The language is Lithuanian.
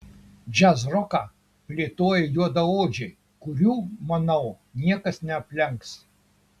džiazroką plėtoja juodaodžiai kurių manau niekas neaplenks